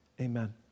Amen